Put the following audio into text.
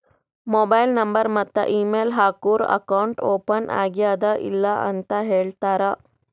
mobile number ಮತ್ತ email ಹಾಕೂರ್ account open ಆಗ್ಯಾದ್ ಇಲ್ಲ ಅಂತ ಹೇಳ್ತಾರ್